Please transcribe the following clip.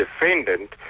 defendant